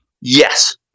Yes